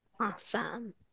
awesome